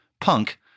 punk